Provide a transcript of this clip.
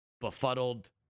befuddled